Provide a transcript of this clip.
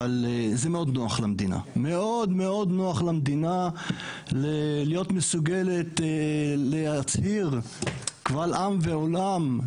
אבל זה מאוד נוח למדינה נוח למדינה להיות מסוגלת להצהיר קבל עם ועולם,